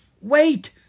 Wait